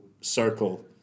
circle